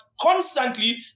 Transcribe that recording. constantly